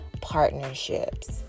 partnerships